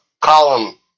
column